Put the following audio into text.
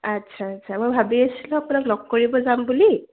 আচ্ছা আচ্ছা মই ভাবি আছিলোঁ আপোনাক লগ কৰিব যাম বুলি